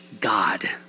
God